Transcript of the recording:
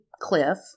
cliff